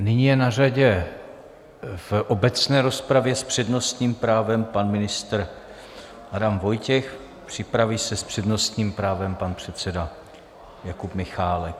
Nyní je na řadě v obecné rozpravě s přednostním právem pan ministr Adam Vojtěch, připraví se s přednostním právem pan předseda Jakub Michálek.